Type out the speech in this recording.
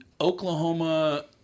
Oklahoma